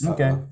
Okay